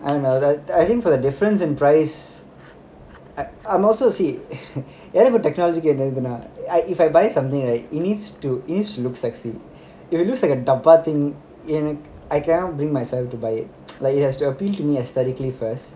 I don't know I I think for the difference in price at I'm also see எனக்கும்:enakum technology க்கும்:kum I if I buy something right it needs to it needs to look sexy if it looks like a டப்பா:dappa thing I cannot bring myself to buy it like it has to appeal to me aesthetically first